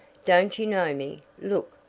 don't you know me? look!